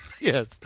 Yes